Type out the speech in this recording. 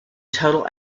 total